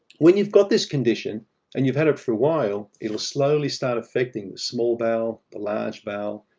when you've got this condition and you've had it for awhile, it'll slowly start affecting the small bowel, the large bowel,